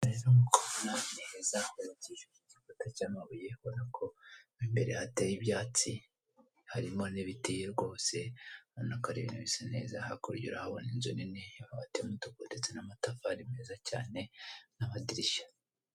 Igikuta cy'amabuye, ubona ko imbere hateye ibyatsi harimo n'ibiti rwose, ubona ko ari ibintu bisa neza. Hakurya urahabona inzu nini y'amabati y'umutuku ndetse n'amatafari meza cyane n'amadirishya.